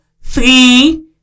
three